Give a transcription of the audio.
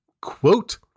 quote